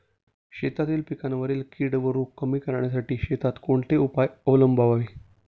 शेतातील पिकांवरील कीड व रोग कमी करण्यासाठी शेतात कोणते उपाय अवलंबावे?